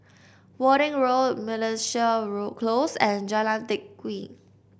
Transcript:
Worthing Road Close and Jalan Teck